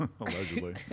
Allegedly